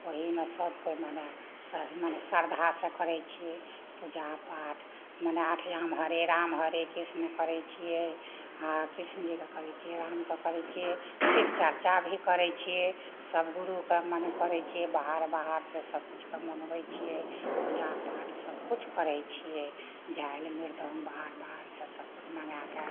ओहिमे सब केओ मने मने श्रद्धासँ करैत छियै पूजापाठ मने अष्टजाम हरे राम हरे कृष्ण करैत छियै हँ कृष्णजीके करैत छियै रामके करैत छियै शिवचर्चा भी करैत छियै सब गुरु कऽ मने करैत छियै बाहर बाहरसँ सबकिछु कऽ मँगबैत छियै पूजापाठ सबकिछु करै छियै झालि मृदङ्ग बाहर बाहरसँ सबकिछु मङ्गा कऽ